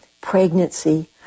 pregnancy